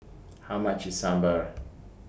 How much IS Sambar